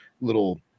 little